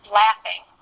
laughing